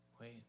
Wait